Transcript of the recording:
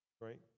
right